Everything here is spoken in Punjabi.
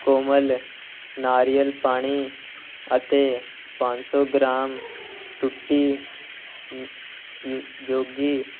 ਕੋਮਲ ਨਾਰੀਅਲ ਪਾਣੀ ਅਤੇ ਪੰਜ ਸੌ ਗ੍ਰਾਮ ਟੁੱਟੀ ਯੋਗੀ